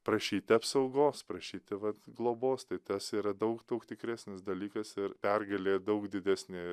prašyti apsaugos prašyti vat globos tai tas yra daug daug tikresnis dalykas ir pergalė daug didesnė